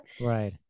Right